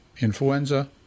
influenza